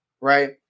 right